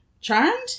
Charmed